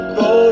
go